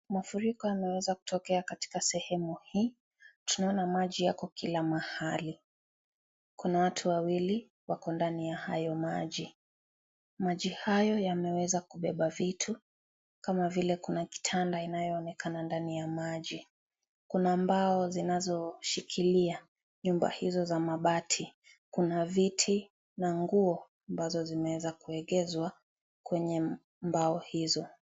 Mafuriko yameweza kutokea katika sehemu hii; tunaona maji yako kila mahali. Kuna watu wawili wako ndani ya hayo maji . Maji hayo yameweza kubeba vitu ,kama vile kuna kitanda kinachoonekana ndani ya maji. Kuna mbao zinazoshikilia nyumba hizo za mabati . Kuna viti na nguo ambazo zimeweza kuegezwa kwenye mbao hizo.